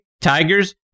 Tigers